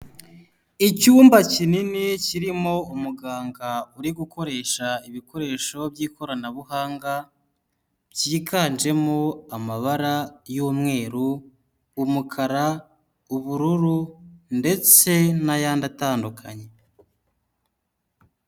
Icyumba kinini kirimo umuganga uri gukoresha ibikoresho by'ikoranabuhanga byiganjemo amabara y'umweru, umukara, ubururu ndetse n'ayandi atandukanye.